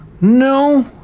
No